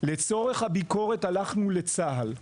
לצורך הביקורת הלכנו לצה"ל.